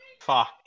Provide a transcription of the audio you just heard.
fuck